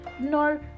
no